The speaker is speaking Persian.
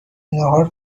ناهار